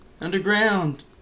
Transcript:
underground